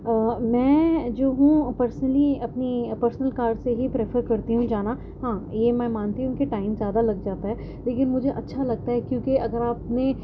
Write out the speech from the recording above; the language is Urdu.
میں جو ہوں پرسنلی اپنی پرنسل کار سے ہی پریفر کرتی ہوں جانا ہاں یہ میں مانتی ہوں کہ ٹائم زیادہ لگ جاتا ہے لیکن مجھے اچھا لگتا ہے کیونکہ اگر آپ نے